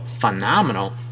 phenomenal